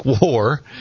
War